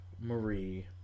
Marie